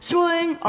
Swing